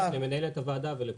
למנהלת הוועדה ולכולם.